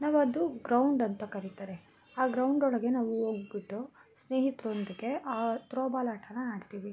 ನಾವದು ground ಅಂತ ಕರಿತಾರೆ ಆ ಗ್ರೌಂಡೊಳಗೆ ನಾವು ಹೋಗ್ಬಿಟ್ಟು ಸ್ನೇಹಿತರೊಂದಿಗೆ ಆ ತ್ರೋಬಾಲ್ ಆಟನಾ ಆಡ್ತೀವಿ